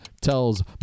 tells